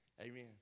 Amen